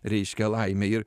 reiškia laimę ir